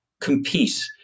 compete